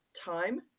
time